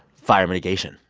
fire mitigation.